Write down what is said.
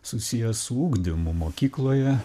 susijęs su ugdymu mokykloje